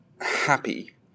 happy